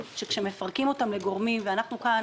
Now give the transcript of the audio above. שכאשר מפרקים אותן לגורמים ואנחנו כאן